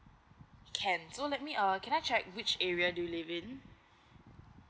can so let me uh can I check which area do you live in